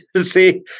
See